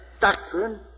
doctrine